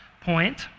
point